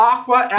Aqua